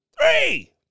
Three